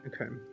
Okay